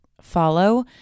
follow